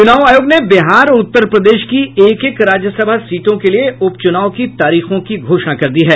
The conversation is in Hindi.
चूनाव आयोग ने बिहार और उत्तर प्रदेश की एक एक राज्यसभा सीटों के लिये उपचुनाव की तारीखों की घोषणा कर दी है